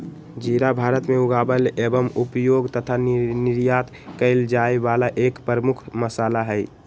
जीरा भारत में उगावल एवं उपयोग तथा निर्यात कइल जाये वाला एक प्रमुख मसाला हई